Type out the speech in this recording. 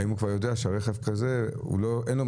האם הוא כבר יודע שרכב כזה אין מה